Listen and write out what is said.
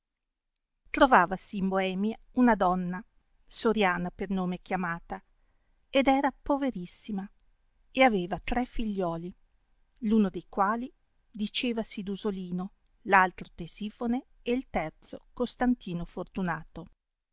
regale trovavasi in boemia una donna soriana per nome chiamata ed era poverissima e aveva tre figliuoli r uno di quali dicevasi d'uso ino l'altro tesifone il terzo costantino fortunato